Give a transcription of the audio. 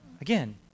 Again